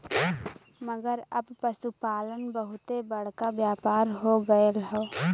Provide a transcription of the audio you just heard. मगर अब पसुपालन बहुते बड़का व्यापार हो गएल हौ